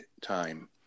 time